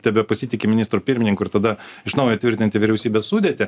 tebepasitiki ministru pirmininku ir tada iš naujo tvirtinti vyriausybės sudėtį